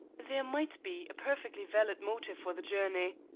there might be a perfectly valid motive for the journey.